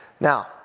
Now